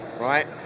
right